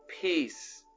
peace